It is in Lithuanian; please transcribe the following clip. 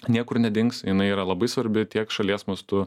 niekur nedings jinai yra labai svarbi tiek šalies mastu